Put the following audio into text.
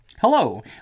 Hello